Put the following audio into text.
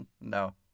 No